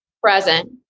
present